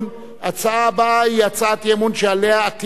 ההצעה הבאה היא הצעת אי-אמון שעליה עתיד לענות